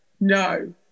no